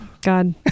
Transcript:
God